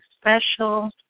special